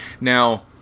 Now